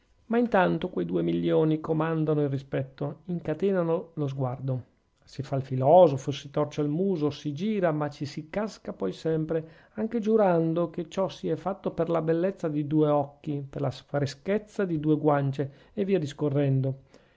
ma intanto quei due milioni comandano il rispetto incatenano lo sguardo si fa il filosofo si torce il muso si gira ma ci si casca poi sempre anche giurando che ciò si è fatto per la bellezza di due occhi per la freschezza di due guance e via discorrendo